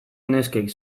neskek